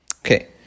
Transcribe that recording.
Okay